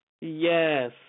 Yes